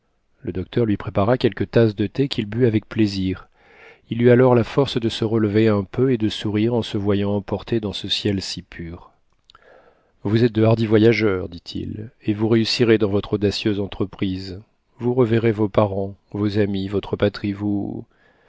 le docteur lui prépara quelques tasses de thé qu'il but avec plaisir il eut alors la force de se relever un peu et de sourire en se voyant emporté dans ce ciel si pur vous êtes de hardis voyageurs dit-il et vous réussirez dans votre audacieuse entreprise vous reverrez vos parents vos amis votre